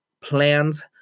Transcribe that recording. plans